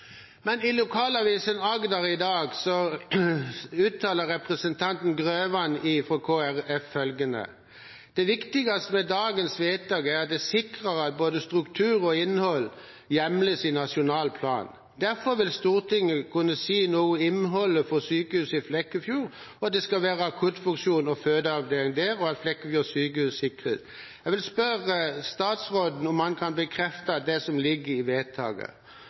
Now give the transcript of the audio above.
I lokalavisen Agder i dag uttaler representanten Grøvan fra Kristelig Folkeparti følgende: «Det viktigste med dagens vedtak er at det sikrer at både struktur og innhold hjemles i nasjonal plan.» Videre uttalte han at Stortinget derfor vil kunne si noe om innholdet for sykehuset i Flekkefjord, at det skal være akuttfunksjon og fødeavdeling der, og at Flekkefjord sykehus sikres. Jeg vil spørre statsråden om han kan bekrefte at det er det som ligger i vedtaket.